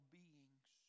beings